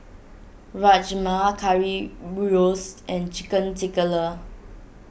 Rajma Currywurst and Chicken